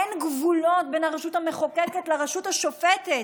אין גבולות בין הרשות המחוקקת לרשות השופטת,